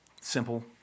simple